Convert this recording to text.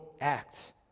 act